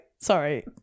sorry